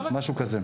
משהו כזה.